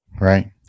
Right